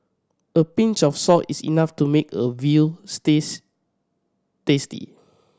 a pinch of salt is enough to make a veal stews tasty